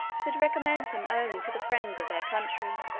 could recommend him only to the friends of their country,